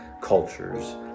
cultures